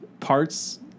parts